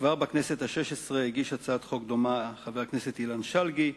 כבר בכנסת השש-עשרה הגיש הצעת חוק דומה חבר הכנסת אילן שלגי.